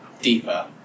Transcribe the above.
deeper